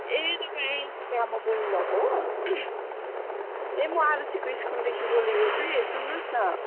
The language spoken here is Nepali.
ए तपाईँ आरुषिको आमा बोल्नुभएको हो ए म आरुषिको स्कुलदेखि बोलेको कि सुन्नुहोस् न